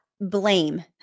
blame